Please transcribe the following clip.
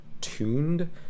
tuned